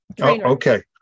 Okay